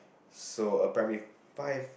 so a primary five